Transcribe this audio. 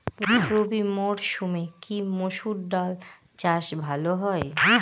রবি মরসুমে কি মসুর ডাল চাষ ভালো হয়?